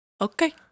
Okay